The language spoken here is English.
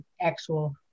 actual